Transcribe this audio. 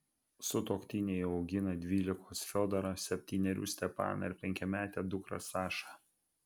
sutuoktiniai jau augina dvylikos fiodorą septynerių stepaną ir penkiametę dukrą sašą